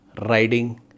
riding